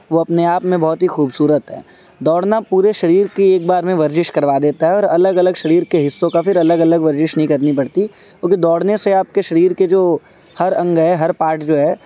وہ اپنے آپ میں بہت ہی خوبصورت ہے دوڑنا پورے شریر کی ایک بار میں ورزش کروا دیتا ہے اور الگ الگ شریر کے حصوں کا پھر الگ الگ ورزش نہیں کرنی پڑتی کیونکہ دوڑنے سے آپ کے شریر کے جو ہر انگ ہے ہر پارٹ جو ہے